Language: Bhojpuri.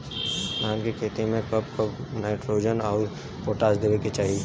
धान के खेती मे कब कब नाइट्रोजन अउर पोटाश देवे के चाही?